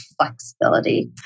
flexibility